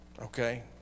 Okay